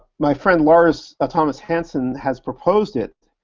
my friend lars ah thomas hansen has proposed it.